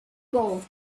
gold